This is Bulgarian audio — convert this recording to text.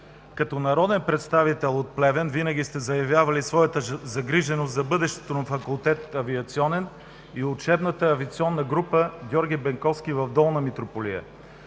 Като народен представител от Плевен винаги сте заявявали своята загриженост за бъдещото на Факултет „Авиационен“ и учебната авиационна група „Георги Бенковски“ в Долна Митрополия.